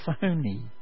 phony